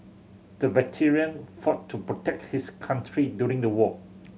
the veteran fought to protect his country during the war